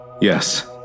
Yes